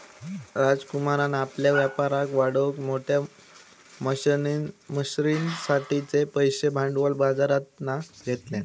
राजकुमारान आपल्या व्यापाराक वाढवूक मोठ्या मशनरींसाठिचे पैशे भांडवल बाजरातना घेतल्यान